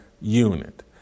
unit